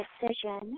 decision